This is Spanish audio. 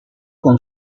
con